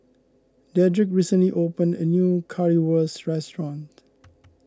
Dedric recently opened a new Currywurst restaurant